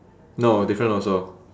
no different also